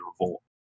revolt